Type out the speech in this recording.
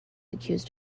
accused